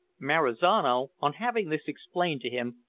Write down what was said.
marizano, on having this explained to him,